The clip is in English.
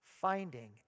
finding